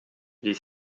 les